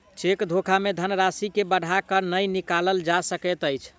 cheque धोखा मे धन राशि के बढ़ा क नै निकालल जा सकैत अछि